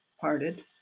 parted